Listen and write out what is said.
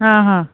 हां हां